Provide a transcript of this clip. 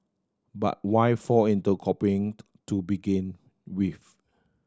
but why fall into copying to begin with